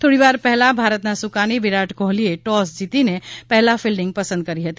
થોડી વાર પહેલાં ભારતના સુકાની વિરાટ કોહલીએ ટોસ જીતીને પહેલાં ફિલ્ડીંગ પસંદ કરી હતી